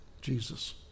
Jesus